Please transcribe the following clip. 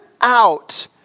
out